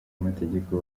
amategeko